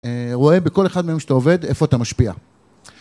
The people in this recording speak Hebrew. רואה בכל אחד מהם שאתה עובד, איפה אתה משפיע.